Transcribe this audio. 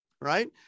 right